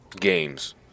games